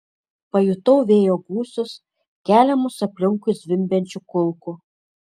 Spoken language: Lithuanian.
pajutau vėjo gūsius keliamus aplinkui zvimbiančių kulkų